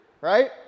right